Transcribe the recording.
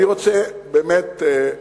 אני רוצה להודות